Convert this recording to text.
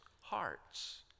hearts